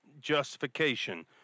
justification